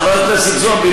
חברת הכנסת זועבי,